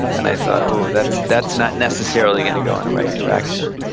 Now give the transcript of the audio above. and i thought, oh, that's that's not necessarily gonna go in a right direction,